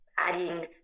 adding